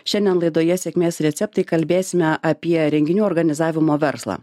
šiandien laidoje sėkmės receptai kalbėsime apie renginių organizavimo verslą